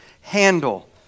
handle